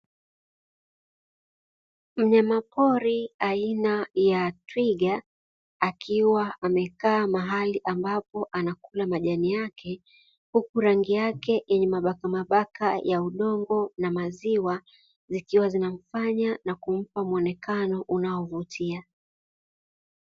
Mnyama pori aina ya twiga akiwa amkekaa mahali ambapo anakula majani yake, huku rangi yake yenye mabaka mabaka ya udongo na maziwa zikiwa zinamfanya na kumpa muonekano unaovutia.